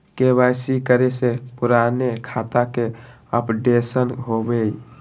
KYC करें से पुराने खाता के अपडेशन होवेई?